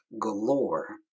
galore